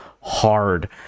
hard